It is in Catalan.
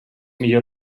millor